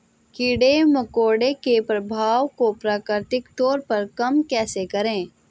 कीड़े मकोड़ों के प्रभाव को प्राकृतिक तौर पर कम कैसे करें?